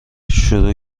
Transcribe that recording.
شروع